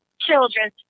children